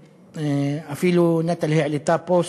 ואפילו נטלי העלתה פוסט: